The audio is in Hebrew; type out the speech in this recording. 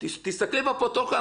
תסתכלו בפרוטוקול.